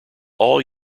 all